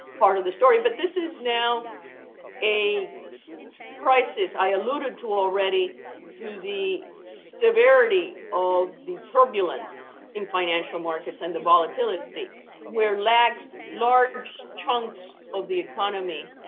part of the story. but this is now a crisis. i alluded to already to the severity of the turbulence in financial markets and the volatility where large large chunks of the economy